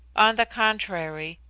on the contrary,